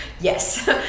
yes